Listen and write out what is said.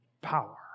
power